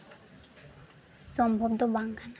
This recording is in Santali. ᱥᱚᱢᱵᱷᱚᱵᱽ ᱫᱚ ᱵᱟᱝ ᱠᱟᱱᱟ